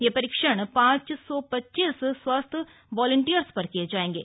ये परीक्षण पांच सौ पच्चीस स्वस्थ वालंटियर्स पर किए जाएंगे